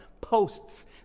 posts